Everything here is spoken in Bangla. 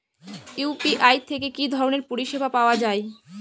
ইউ.পি.আই থেকে কি ধরণের পরিষেবা পাওয়া য়ায়?